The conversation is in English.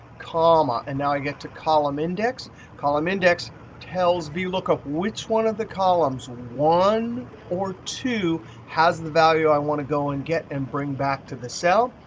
comma and now i get to column index column index tells vlookup which one of the columns, one or two, has the value i want to go and get and bring back to the cell.